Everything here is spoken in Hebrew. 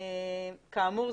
כאמור,